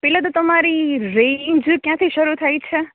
પેલા તો તમારી રેન્જ ક્યાંથી શરૂ થાયે છે